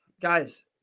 guys